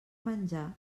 menjar